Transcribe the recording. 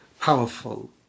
powerful